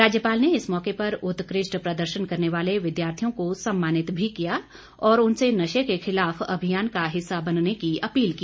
राज्यपाल ने इस मौके पर उत्कृष्ट प्रदर्शन करने वाले विद्यार्थियों को सम्मानित भी किया और उनसे नशे के खिलाफ अभियान का हिस्सा बनने की अपील की